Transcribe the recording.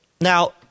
Now